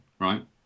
right